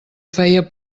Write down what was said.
feia